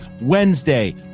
wednesday